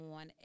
on